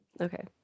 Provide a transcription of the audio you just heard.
Okay